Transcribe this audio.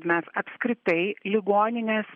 mes apskritai ligonines